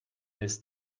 this